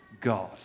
God